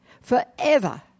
Forever